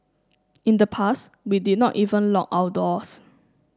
in the past we did not even lock our doors